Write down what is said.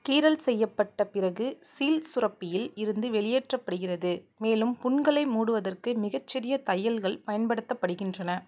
கீறல் செய்யப்பட்ட பிறகு சீல் சுரப்பியில் இருந்து வெளியேற்றப்படுகிறது மேலும் புண்களை மூடுவதற்கு மிகச்சிறிய தையல்கள் பயன்படுத்தப்படுகின்றன